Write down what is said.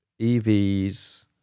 EVs